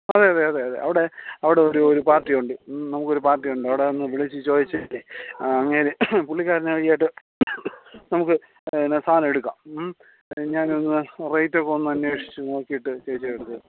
അതെ അതെ അതെ അവിടെ അവിടെ ഒരു ഒരു പാർട്ടിയുണ്ട് നമുക്ക് ഒരു പാർട്ടി ഉണ്ട് അവിടെ ഒന്ന് വിളിച്ചു ചോദിച്ചാൽ ആ അങ്ങേര് പുള്ളിക്കാരൻ ഈയായിട്ട് നമുക്ക് പിന്നെ സാധനം എടുക്കാം ഞാൻ ഒന്ന് റൈറ്റൊക്കെ ഒന്ന് അന്വേഷിച്ചു നോക്കിയിട്ട് ചേച്ചിയുടെ അടുത്ത്